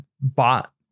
bought